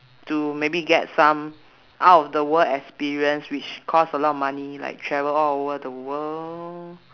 to maybe get some out of the world experience which cost a lot of money like travel all over the world